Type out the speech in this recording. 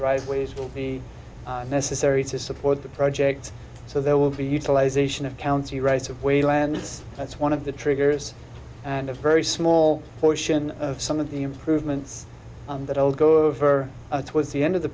driveways will be necessary to support the project so there will be utilization of counts the right of way land is that's one of the triggers and a very small portion of some of the improvements that will go over towards the end of the